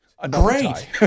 Great